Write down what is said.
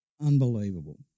unbelievable